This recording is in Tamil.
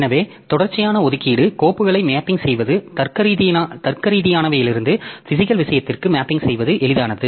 எனவே தொடர்ச்சியான ஒதுக்கீடு கோப்புகளை மேப்பிங் செய்வது தர்க்கரீதியானவையிலிருந்து பிசிகல் விஷயத்திற்கு மேப்பிங் செய்வது எளிதானது